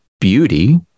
beauty